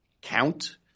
count